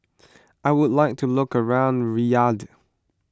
I would like to look around Riyadh